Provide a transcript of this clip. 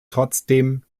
trotzdem